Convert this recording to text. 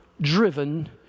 driven